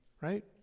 Right